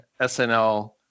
SNL